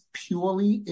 purely